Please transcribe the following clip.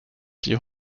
die